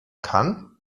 kann